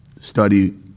study